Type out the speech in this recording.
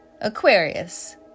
aquarius